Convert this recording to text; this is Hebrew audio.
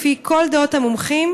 לפי כל דעות המומחים,